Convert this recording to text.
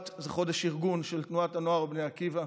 אופיר סופר (ימינה): השבת זה חודש ארגון של תנועת הנוער בני עקיבא,